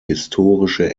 historische